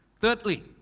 Thirdly